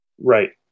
Right